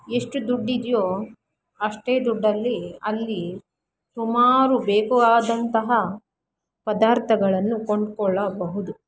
ಎಷ್ಟು ದುಡ್ಡು ಇದೆಯೋ ಅಷ್ಟೇ ದುಡ್ಡಲ್ಲಿ ಅಲ್ಲಿ ಸುಮಾರು ಬೇಕು ಆದಂತಹ ಪದಾರ್ಥಗಳನ್ನು ಕೊಂಡುಕೊಳ್ಳಬಹುದು